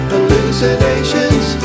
Hallucinations